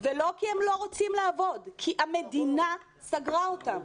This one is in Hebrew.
ולא כי הם לא רוצים לעבוד אלא כי המדינה סגרה אותם.